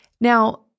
Now